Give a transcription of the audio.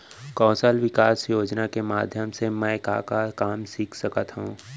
कौशल विकास योजना के माधयम से मैं का का काम सीख सकत हव?